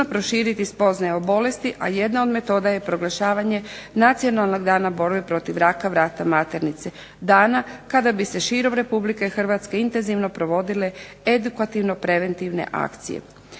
proširiti spoznaje o bolesti, a jedna od metoda je proglašavanje Nacionalnog dana borbe protiv raka vrata maternice, dana kada bi se širom Republike Hrvatske intenzivno provodile edukativno-preventivne akcije.